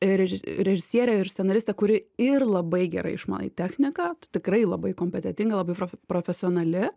reži režisierė ir scenaristė kuri ir labai gerai išmanai techniką tikrai labai kompetentinga labai prof profesionali